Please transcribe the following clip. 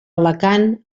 alacant